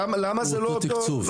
למה זה לא אותו תקצוב.